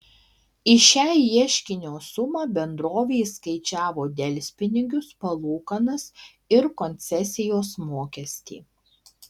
į šią ieškinio sumą bendrovė įskaičiavo delspinigius palūkanas ir koncesijos mokestį